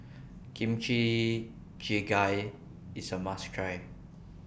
Kimchi Jjigae IS A must Try